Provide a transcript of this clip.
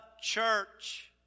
church